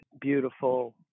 beautiful